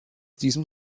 diesem